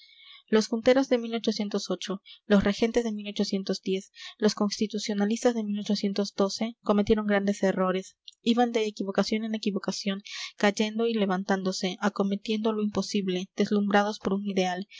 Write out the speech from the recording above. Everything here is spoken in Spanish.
los junteros de los regentes de los constitucionalistas de cometieron grandes errores iban de equivocación en equivocación cayendo y levantándose acometiendo lo imposible deslumbrados por un ideal